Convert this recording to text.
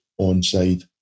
onside